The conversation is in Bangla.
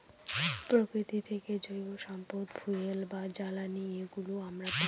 প্রকৃতি থেকে জৈব সম্পদ ফুয়েল বা জ্বালানি এগুলো আমরা পায়